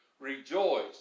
Rejoice